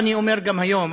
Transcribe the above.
ואני אומר גם היום,